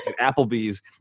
applebee's